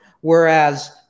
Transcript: Whereas